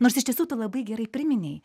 nors iš tiesų tu labai gerai priminei